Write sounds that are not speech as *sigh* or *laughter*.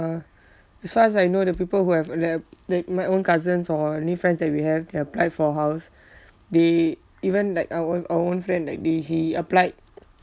uh as far as I know the people who have li~ like my own cousins or any friends that we have that applied for a house *breath* they even like our own our own friend like they he applied